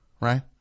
right